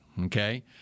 Okay